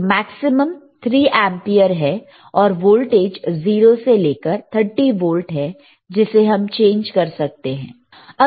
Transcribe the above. तो maximum 3 ampere है और वोल्टेज 0 से लेकर 30 वोल्ट है जिसे हम चेंज कर सकते हैं